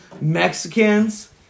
Mexicans